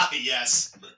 Yes